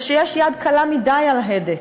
זה שיש יד קלה מדי על ההדק: